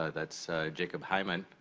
ah that's jacob heiman,